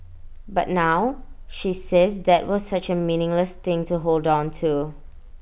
but now she says that was such A meaningless thing to hold on to